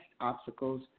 obstacles